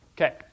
Okay